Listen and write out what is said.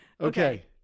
Okay